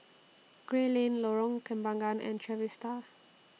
Gray Lane Lorong Kembagan and Trevista